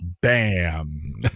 bam